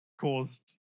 caused